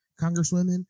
congresswomen